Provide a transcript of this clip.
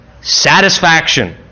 Satisfaction